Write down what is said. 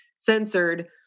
Censored